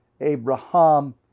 Abraham